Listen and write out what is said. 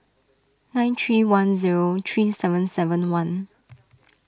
nine three one zero three seven seven one